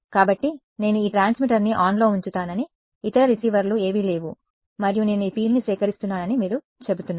కాబట్టి నేను ఈ ట్రాన్స్మిటర్ని ఆన్లో ఉంచుతానని ఇతర రిసీవర్లు ఏవీ లేవు మరియు నేను ఈ ఫీల్డ్ని సేకరిస్తున్నానని మీరు చెబుతున్నారు